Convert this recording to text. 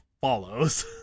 follows